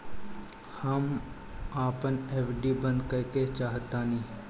हम अपन एफ.डी बंद करेके चाहातानी